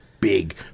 big